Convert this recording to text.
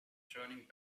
turning